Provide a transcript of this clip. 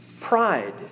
Pride